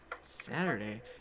Saturday